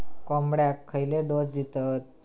कोंबड्यांक खयले डोस दितत?